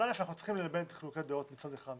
אנחנו צריכים ללבן את חילוקי הדעות מצד אחד,